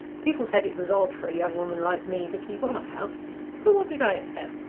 people said it was odd for a young woman like me to keep on a house but what did i care?